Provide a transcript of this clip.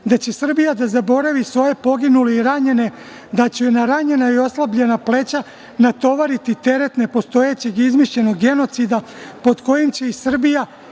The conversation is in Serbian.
da će Srbija da zaboravi svoje poginule i ranjene, da će na ranjena i oslabljena pleća natovariti teret nepostojećeg, izmišljenog genocida, pod kojim će i Srbija